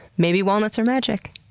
maybe walnuts are magic?